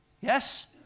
Yes